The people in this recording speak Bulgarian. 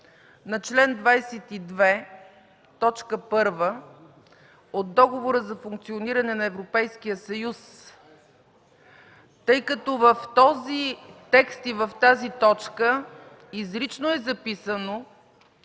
на чл. 22, т. 1 от Договора за функциониране на Европейския съюз, тъй като в този текст изрично е записано,